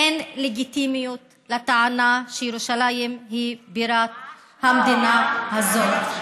אין לגיטימיות לטענה שירושלים היא בירת המדינה הזאת.